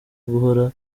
guhora